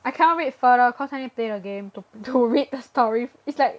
I can't read further cause I need to play the game to to read the story is like